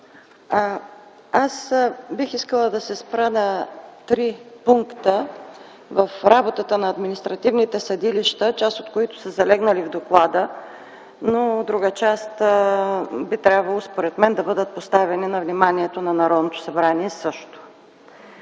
Аз бих искала да се спра на три пункта в работата на административните съдилища, част от които са залегнали в доклада, но друга част би трябвало според мен да бъдат поставени също на вниманието на Народното събрание.